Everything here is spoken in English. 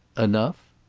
enough?